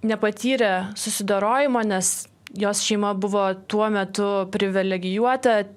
nepatyrė susidorojimo nes jos šeima buvo tuo metu privilegijuota